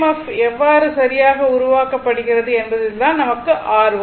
F எவ்வாறு சரியாக உருவாக்கப்படுகிறது என்பதில்தான் நமக்கு ஆர்வம்